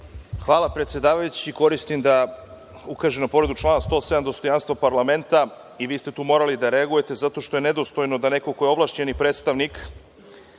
Hvala, predsedavajući. Koristim pravo da ukažem na povredu člana 107, dostojanstvo parlamenta. Vi ste tu morali da reagujete, zato što je nedostojno da neko ko je ovlašćeni predstavnik